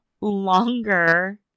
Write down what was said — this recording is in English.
longer